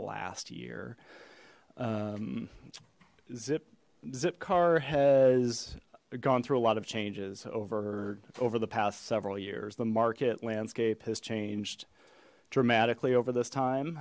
last year zip zip car has gone through a lot of changes over over the past several years the market landscape has changed dramatically over this